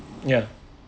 ya